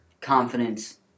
confidence